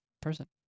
person